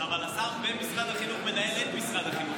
אבל השר במשרד החינוך מנהל את משרד החינוך,